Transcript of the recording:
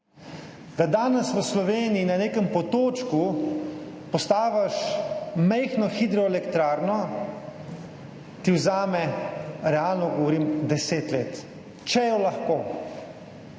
Da danes v Sloveniji na nekem otočku postaviš majhno hidroelektrarno, ti vzame, realno govorim, deset let, če jo lahko,